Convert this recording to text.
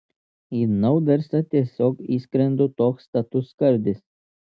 į naudersą tiesiog įskrendu toks status skardis